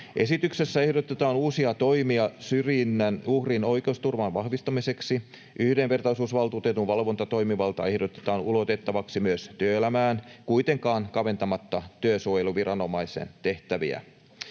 Esityksessä ehdotetaan uusia toimia syrjinnän uhrin oikeusturvan vahvistamiseksi. Yhdenvertaisuusvaltuutetun valvontatoimivalta ehdotetaan ulotettavaksi myös työelämään kuitenkaan kaventamatta työsuojeluviranomaisen tehtäviä.